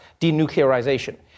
denuclearization